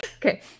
Okay